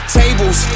tables